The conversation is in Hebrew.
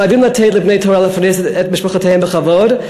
חייבים לתת לבני-תורה לפרנס את משפחותיהם בכבוד,